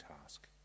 task